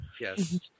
yes